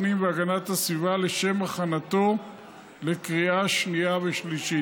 הפנים והגנת הסביבה לשם הכנתו לקריאה שנייה ושלישית.